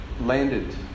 landed